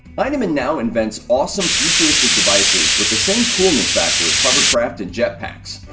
hyneman now invents awesome, futuristic devices with the same coolness factor as hovercraft and jetpacks.